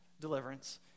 deliverance